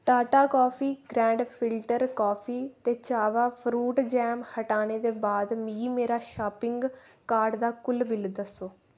Tata coffee grand filter coffee ते चाबा fruit jam हटाने दे बाद मिगी मेरी शापिंग कार्ट दा कुल बिल दस्सो